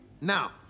Now